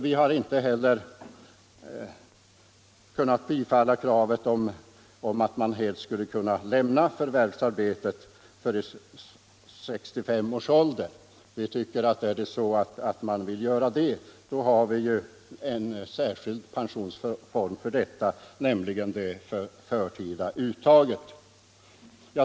Vi har inte heller kunnat biträda kravet på att man helt skulle kunna lämna förvärvsarbetet före 65 års ålder. Det finns ju en särskild pensionsform för detta, nämligen det förtida uttaget.